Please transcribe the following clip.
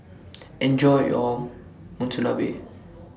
Enjoy your Monsunabe